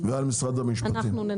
מה המעמד של גילוי דעת?